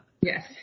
Yes